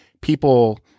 people